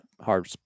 hard